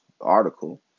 article